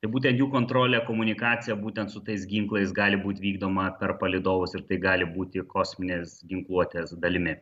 tai būtent jų kontrolę komunikaciją būtent su tais ginklais gali būt vykdoma per palydovus ir tai gali būti kosminės ginkluotės dalimi